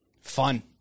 fun